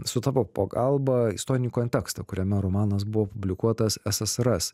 su tavo pagalba istorinį kontekstą kuriame romanas buvo publikuotas ssrs